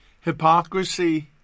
Hypocrisy